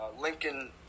Lincoln